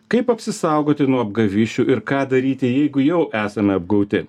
kaip apsisaugoti nuo apgavysčių ir ką daryti jeigu jau esame apgauti